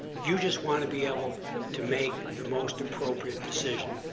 you just want to be able to make the most appropriate decision.